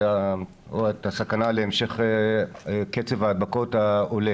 בתוך חמש דקות אנחנו צריכים להצביע.